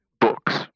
books